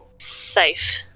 safe